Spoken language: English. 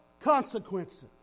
consequences